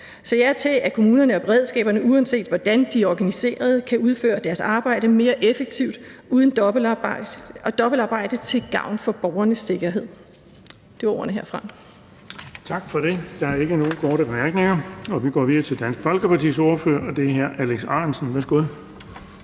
Så ja til, at kommunerne og beredskaberne, uanset hvordan de er organiseret, kan udføre deres arbejde mere effektivt og uden dobbeltarbejde til gavn for borgernes sikkerhed. Det var ordene herfra. Kl. 12:59 Den fg. formand (Erling Bonnesen): Tak for det. Der er ikke nogen korte bemærkninger. Vi går videre til Dansk Folkepartis ordfører, og det er hr. Alex Ahrendtsen. Værsgo.